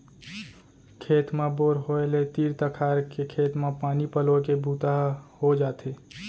खेत म बोर होय ले तीर तखार के खेत म पानी पलोए के बूता ह हो जाथे